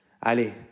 Allez